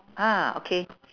ah okay